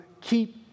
keep